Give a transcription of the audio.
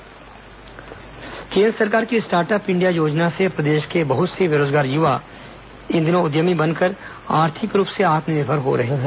ground report startup India योजना केंद्र सरकार की स्टार्टअप इंडिया योजना से प्रदेश के बहुत से बेरोजगार युवा इन दिनों उद्यमी बनकर आर्थिक रूप से आत्मनिर्भर हो रहे हैं